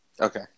Okay